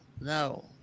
no